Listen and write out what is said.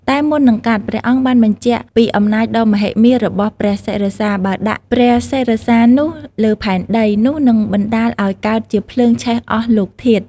តែមុននឹងកាត់ ព្រះអង្គបានបញ្ជាក់ពីអំណាចដ៏មហិមារបស់ព្រះសិរសា បើដាក់ព្រះសិរសានោះលើផែនដី នោះនឹងបណ្ដាលឲ្យកើតជាភ្លើងឆេះអស់លោកធាតុ។